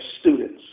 students